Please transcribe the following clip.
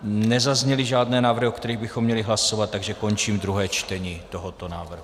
Nezazněly žádné návrhy, o kterých bychom měli hlasovat, takže končím druhé čtení tohoto návrhu.